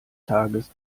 tages